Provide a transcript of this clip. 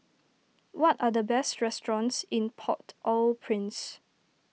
what are the best restaurants in Port Au Prince